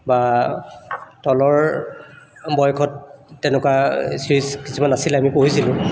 বা তলৰ বয়সত তেনেকুৱা চিৰিজ কিছুমান আছিলে আমি পঢ়িছিলোঁ